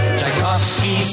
Tchaikovsky